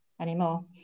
anymore